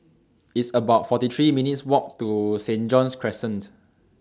It's about forty three minutes' Walk to Saint John's Crescent